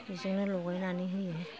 बेजोंनो लगायनानै होयो